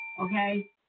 okay